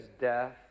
death